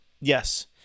Yes